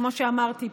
כמו שאמרתי,